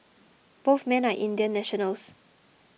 both men are Indian nationals